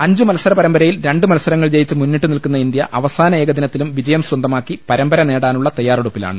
അഞ്ചുമത്സര് പരമ്പരയിൽ രണ്ടു മത്സരങ്ങൾ ജയിച്ച് മുന്നിട്ട് നിൽക്കുന്ന ഇന്ത്യ അവസാന് ഏകദിനത്തിലും വിജയം സ്വന്തമാക്കി പരമ്പര നേടാനുള്ള തയ്യാറെടുപ്പിലാണ്